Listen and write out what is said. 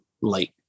light